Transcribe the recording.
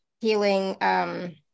healing